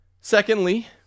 Secondly